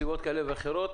שמסיבות כאלה ואחרות